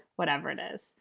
whatever it is,